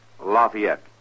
Lafayette